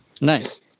Nice